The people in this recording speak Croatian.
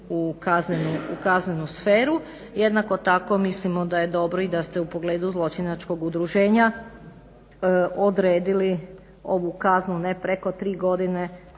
u kaznenu sferu. Jednako tako mislimo da je dobro da ste upogledu zločinačkog udruženja odredili ovu kaznu ne preko tri godine